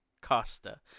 Costa